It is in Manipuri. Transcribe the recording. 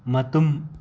ꯃꯇꯨꯝ